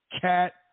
cat